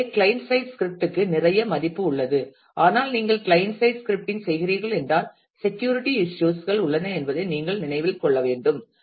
எனவே client side ஸ்கிரிப்ட்டுக்கு நிறைய மதிப்பு உள்ளது ஆனால் நீங்கள் கிளையன்ட் சைட் ஸ்கிரிப்டிங் செய்கிறீர்கள் என்றால் செக்யூரிட்டி இஸ்யூஸ் கள் உள்ளன என்பதை நீங்கள் நினைவில் கொள்ள வேண்டும்